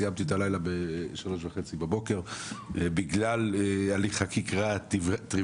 סיימתי את הלילה בשעה 3:30 לפנות בוקר בגלל הליך חקיקה טריביאלי.